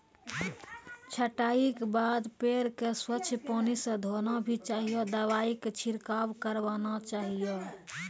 छंटाई के बाद पेड़ क स्वच्छ पानी स धोना भी चाहियो, दवाई के छिड़काव करवाना चाहियो